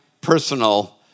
personal